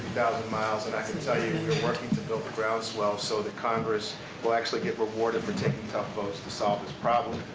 thousand miles and i can you, we're working to build the ground swell so that congress will actually get rewarded for taking tough votes to solve this problem,